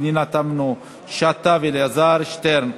פנינה תמנו-שטה ואלעזר שטרן,